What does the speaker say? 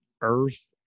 earth